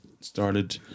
started